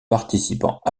participant